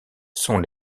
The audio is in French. sont